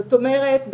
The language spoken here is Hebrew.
זאת אומרת,